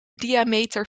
diameter